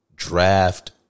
Draft